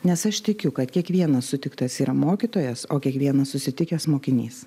nes aš tikiu kad kiekvienas sutiktas yra mokytojas o kiekvienas susitikęs mokinys